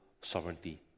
sovereignty